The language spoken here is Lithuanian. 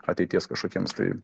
ateities kažkokiems tai